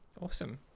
awesome